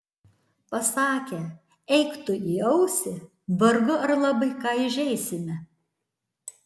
pasakę eik tu į ausį vargu ar labai ką įžeisime